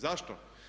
Zašto?